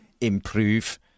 improve